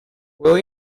will